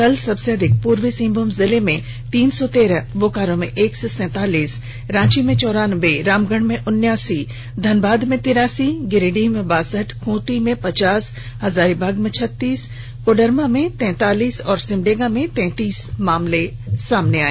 कल सबसे अधिक पूर्वी सिंहभूम जिले में तीन सौ तेरह बोकारो में एक सौ सैतालीस रांची में चौरानबे रामगढ़ में उनयासी धनबाद में तिरासी गिरिडीह में बासठ खूंटी में पचास हजारीबाग में छत्तीस कोडरमा में तैतालीस और सिमडेगा में तैतीस मामले आए